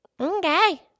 Okay